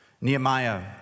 Nehemiah